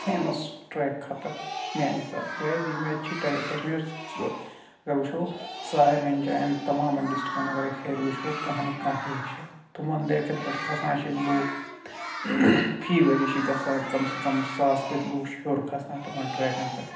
famous track خٲطرٕ میٛانہِ حِسابہٕ کیٛازِ مےٚ تہِ چھِ کَشمیٖرَس اَگر وُچھَو سٲلِمَن جایَن تمامَن ڈِسٹرکَن اَگر أسۍ ہیٚرِ وُچھَو کانٛہہ نَتہٕ کانٛہہ لیک چھِ تِمَن لیٚکَن پٮ۪ٹھ کھسان چھِ لوٗکھ فی ؤری چھِ گژھان کم سے کم ساس پٮ۪ٹھۍ لوٗکھ چھِ ہیٚور کھسان تِمَن ٹرٛیٚکَن پٮ۪ٹھ